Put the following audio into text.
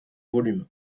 volume